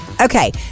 okay